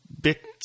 bit